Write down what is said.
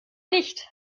nicht